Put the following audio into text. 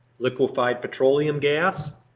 liquefied petroleum gas,